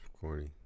corny